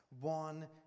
one